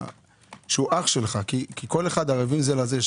שהוא אח שלך כי כל אחד ערבים זה לזה,